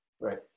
Right